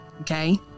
okay